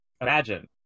Imagine